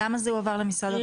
למה זה הועבר למשרד הרווחה?